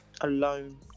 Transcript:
alone